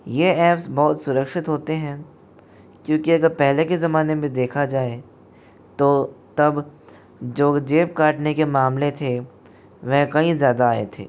ये ऐप्स बहुत सुरक्षित होते हैं क्योंकि अगर पहले के ज़माने में देखा जाए तो तब जो जेब काटने के मामले थे वह कहीं ज़्यादा आए थे